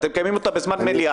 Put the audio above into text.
אתם מקיימים אותה בזמן מליאה.